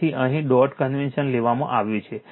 તેથી અહીં dot convention લેવામાં આવ્યું છે